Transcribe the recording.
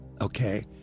okay